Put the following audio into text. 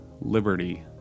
Liberty